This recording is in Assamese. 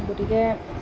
গতিকে